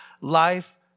life